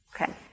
Okay